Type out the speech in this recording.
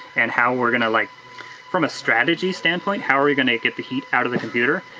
and how we're gonna like from a strategy standpoint, how are you going to get the heat out of the computer?